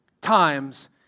times